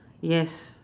yes